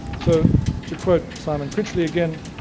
so to quote simon critchley again,